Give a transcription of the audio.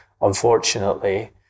unfortunately